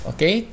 Okay